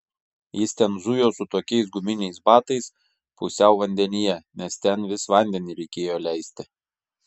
jis ten zujo su tokiais guminiais batais pusiau vandenyje nes ten vis vandenį reikėjo leisti